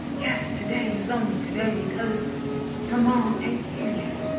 yes, today is only today because tomorrow ain't here yet.